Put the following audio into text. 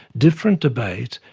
different debate,